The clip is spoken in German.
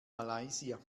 malaysia